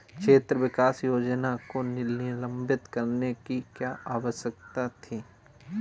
क्षेत्र विकास योजना को निलंबित करने की क्या आवश्यकता थी?